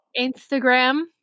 Instagram